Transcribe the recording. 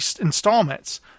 installments